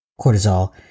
cortisol